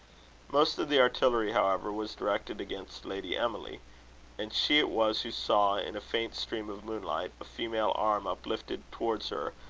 most of the artillery, however, was directed against lady emily and she it was who saw, in a faint stream of moonlight, a female arm uplifted towards her,